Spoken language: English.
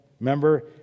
Remember